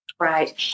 Right